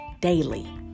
daily